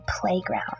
playground